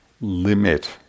limit